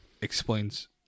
explains